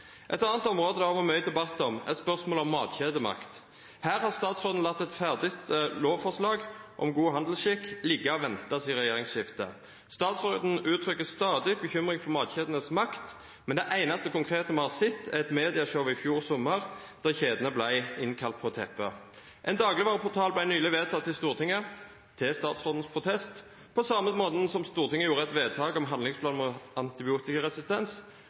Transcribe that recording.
Et annet område det har vært mye debatt om, er spørsmålet om matkjedemakt. Her har statsråden latt et ferdig lovforslag om god handelsskikk ligge og vente siden regjeringsskiftet. Statsråden uttrykker stadig bekymring for matkjedenes makt, men det eneste konkrete vi har sett, er et medieshow i fjor sommer, der kjedene ble innkalt på teppet. En dagligvareportal ble nylig vedtatt i Stortinget til statsrådens protest, på samme måte som at Stortinget fattet et vedtak om handlingsplan mot antibiotikaresistens